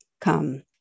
come